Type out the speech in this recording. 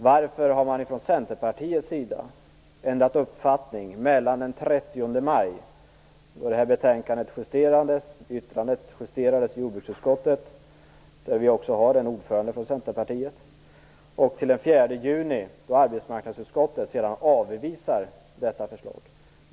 Varför har man i Centerpartiet ändrat uppfattning mellan den 30 maj, då det här yttrandet justerades i jordbruksutskottet, där vi också har en ordförande från Centerpartiet, och den 4 juni, då arbetsmarknadsutskottet avvisade detta förslag?